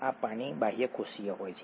આ પાણી બાહ્યકોષીય હોય છે